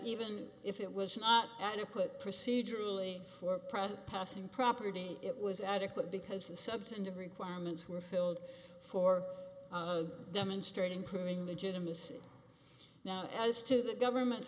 even if it was not adequate procedurally for profit passing property it was adequate because the substantive requirements were filled for demonstrating proving legitimacy now as to the government's